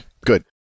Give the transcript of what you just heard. good